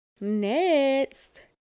Next